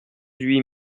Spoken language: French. huit